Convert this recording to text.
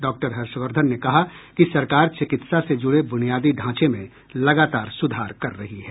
doctor Harshvardhan ने कहा कि सरकार चिकित्सा से जुडे बुनियादी ढांचे में लगातार सुधार कर रही है